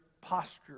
posture